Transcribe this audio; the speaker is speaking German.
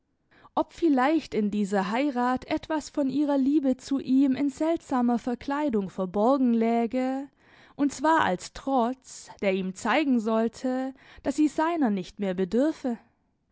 ob vielleicht in dieser heirat etwas von ihrer liebe zu ihm in seltsamer verkleidung verborgen läge und zwar als trotz der ihm zeigen sollte daß sie seiner nicht mehr bedürfe